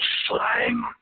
slime